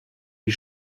die